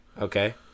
Okay